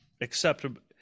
acceptable